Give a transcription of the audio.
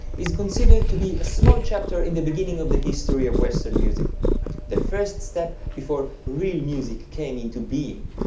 is considered to be a small chapter in the beginning of the history of western music the first step before real music came into being.